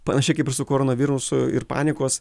panašiai kaip su koronavirusu ir panikos